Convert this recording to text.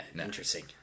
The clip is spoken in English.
interesting